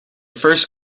first